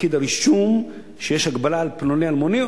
לפקיד הרישום שיש הגבלה על פלוני אלמוני,